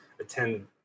attend